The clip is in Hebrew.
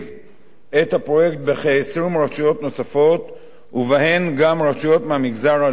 הפרויקט בכ-20 רשויות נוספות ובהן גם רשויות במגזר הלא-יהודי,